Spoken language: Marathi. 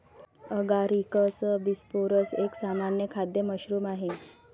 ॲगारिकस बिस्पोरस एक सामान्य खाद्य मशरूम आहे